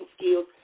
skills